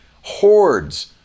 hordes